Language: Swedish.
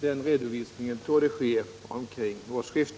Denna redovisning torde ske omkring årsskiftet.